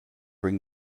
bring